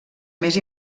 més